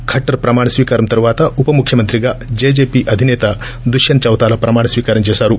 ఖట్టర్ ప్రమాణ స్వీకారం తరువాత ఉప ముఖ్యమంత్రిగా జే జే పీ అధినేత దుష్యంత్ చౌతాలా ప్రమాణ స్వీకారం చేశారు